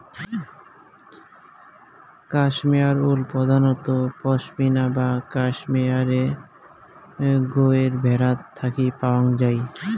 cashmere wool প্রধানত পসমিনা বা ক্যাশমেয়ারে গোত্রের ভ্যাড়াত থাকি পাওয়াং যাই